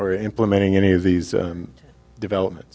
or implementing any of these development